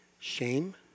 Shame